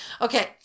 Okay